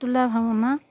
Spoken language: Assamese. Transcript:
পুতলা ভাওনা